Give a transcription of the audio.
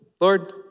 Lord